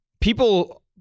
people